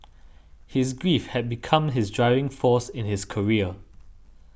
his grief had become his driving force in his career